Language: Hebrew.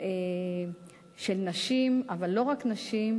של נשים, אבל לא רק נשים,